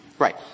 Right